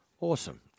Awesome